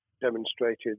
demonstrated